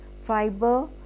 fiber